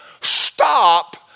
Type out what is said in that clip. stop